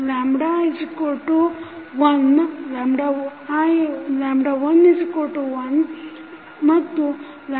11and2 1